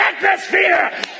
atmosphere